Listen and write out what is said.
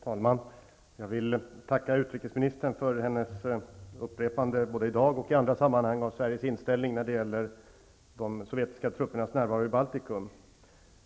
Fru talman! Jag vill tacka utrikesministern för hennes upprepande både i dag och i andra sammanhang av Sveriges inställning när det gäller de sovjetiska truppernas närvaro i Baltikum.